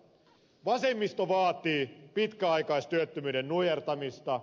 vasemmisto vaatii pitkäaikaistyöttömyyden nujertamista